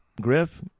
Griff